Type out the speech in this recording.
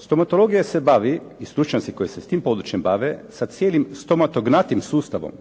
Stomatologija se bavi i stručnjaci koji se s tim područjem bave sa cijelim stomatognatim sustavom,